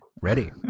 Ready